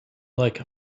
like